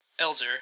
Elzer